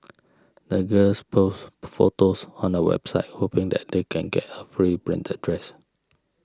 the girls posts photos on a website hoping that they can get a free branded dress